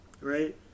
right